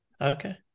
Okay